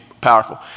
powerful